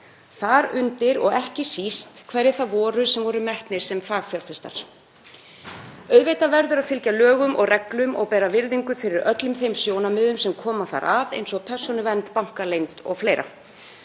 er, og ekki síst hverjir það voru sem voru metnir sem fagfjárfestar. Auðvitað verður að fylgja lögum og reglum og bera virðingu fyrir öllum þeim sjónarmiðum sem koma þar að, eins og persónuvernd, bankaleynd o.fl.